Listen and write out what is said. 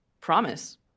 promise